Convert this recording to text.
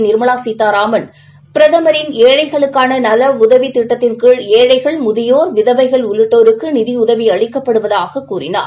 நிா்மலா சீதாராமன் பிரதமாின் ஏழழகளுக்கான நல உதவித்திட்ட்தின்கீழ் ஏழைகள் முதியோா் விதவைகள் உள்ளிட்டோருக்கு நிதியுதவி அளிக்கப்படுவதாக கூறினார்